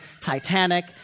Titanic